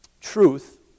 truth